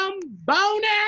bonus